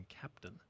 captain